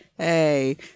Hey